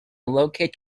located